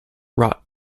rot